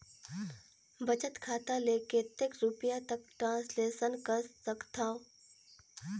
बचत खाता ले कतेक रुपिया तक ट्रांजेक्शन कर सकथव?